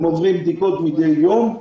הם עוברים בדיקות מידי יום.